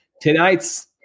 tonight's